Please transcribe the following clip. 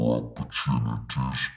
opportunities